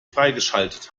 freigeschaltet